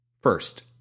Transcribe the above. First